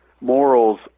morals